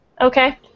Okay